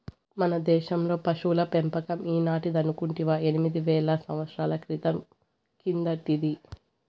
మన దేశంలో పశుల పెంపకం ఈనాటిదనుకుంటివా ఎనిమిది వేల సంవత్సరాల క్రితం కిందటిది